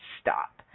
stop